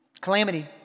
calamity